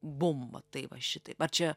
bum va tai va šitaip a čia